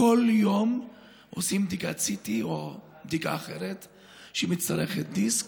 כל יום עושים בדיקת CT או בדיקה אחרת שמצריכה דיסק,